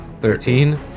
Thirteen